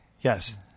Yes